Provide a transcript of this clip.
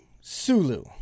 Sulu